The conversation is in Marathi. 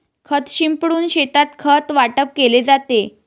खत शिंपडून शेतात खत वाटप केले जाते